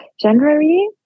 January